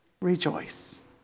rejoice